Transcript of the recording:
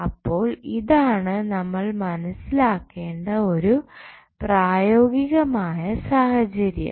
അപ്പോൾ ഇതാണ് നമ്മൾ മനസ്സിലാക്കേണ്ട ഒരു പ്രായോഗികമായ സാഹചര്യം